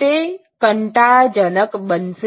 તે કંટાળાજનક બનશે